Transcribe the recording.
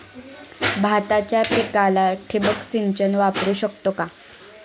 भाताच्या पिकाला ठिबक सिंचन वापरू शकतो का?